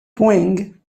poäng